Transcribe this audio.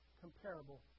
comparable